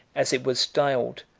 as it was styled,